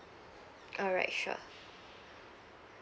alright sure